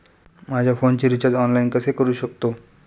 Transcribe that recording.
माझ्या फोनचे recharge online कसे करू शकतो?